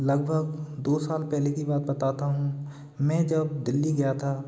लगभग दो साल पहले की बात बताता हूँ मैं जब दिल्ली गया था